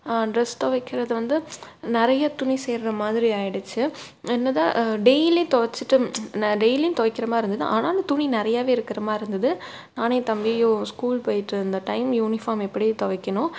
dress துவைக்கிறது வந்து நிறையா துணி சேர்கிற மாதிரி ஆகிடுச்சு என்னதான் டெயிலி துவைச்சிட்டும் நான் டெயிலியும் துவைக்கிற மாதிரி இருந்தது ஆனாலும் துணி நிறையாவே இருக்கிற மாதிரி இருந்தது நானும் என் தம்பியும் ஸ்கூல் போய்கிட்டுருந்த டைம் யூனிஃபார்ம் எப்படி துவைக்கணும்